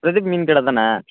பிரதீப் மீன் கடை தானே